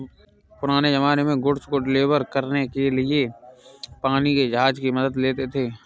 पुराने ज़माने में गुड्स को डिलीवर करने के लिए पानी के जहाज की मदद लेते थे